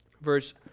verse